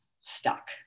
stuck